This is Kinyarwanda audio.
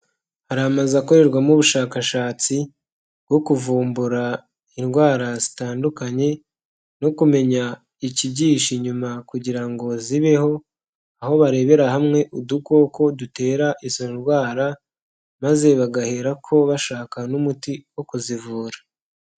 Hari amazu akorerwamo ubushakashatsi bwo kuvumbura indwara zitandukanye no kumenya ikibyihishe inyuma kugira ngo zibeho aho barebera hamwe udukoko dutera izo ndwara maze bagaherako bashaka n'umuti wo kuzivura.